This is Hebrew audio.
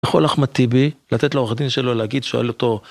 יכול אחמד טיבי לתת לעורך דין שלו להגיד, שואל אותו...